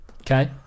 Okay